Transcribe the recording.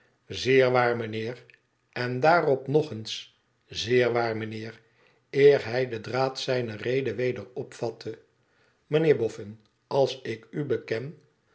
waar mijnheer en daarop nog eens zeer waar mijnheer eer hij den draad zijner rede weder opvatte mijnheer bofün als ik u beken